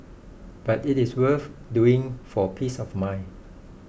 but it is worth doing for peace of mind